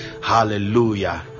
hallelujah